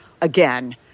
again